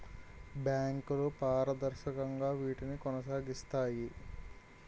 బ్యాంకులు పారదర్శకంగా వీటిని కొనసాగిస్తాయి